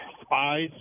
spies